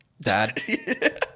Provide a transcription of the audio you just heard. Dad